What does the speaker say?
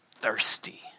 thirsty